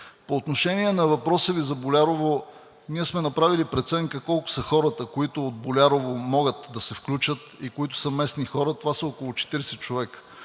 По отношение на въпроса Ви за Болярово. Ние сме направили преценка колко са хората, които от Болярово могат да се включат и които са местни хора. Това са около 40 човека.